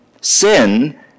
Sin